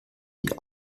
die